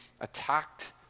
attacked